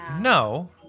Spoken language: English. No